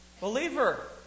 Believer